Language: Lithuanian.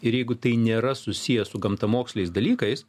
ir jeigu tai nėra susiję su gamtamoksliais dalykais